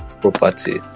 property